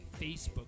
Facebook